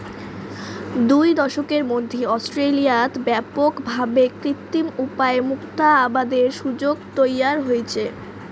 দুই দশকের মধ্যি অস্ট্রেলিয়াত ব্যাপক ভাবে কৃত্রিম উপায় মুক্তা আবাদের সুযোগ তৈয়ার হইচে